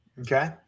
Okay